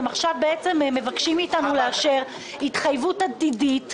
עכשיו אתם מבקשים מאתנו לאשר התחייבות עתידית,